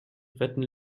retten